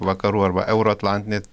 vakarų arba euroatlantinė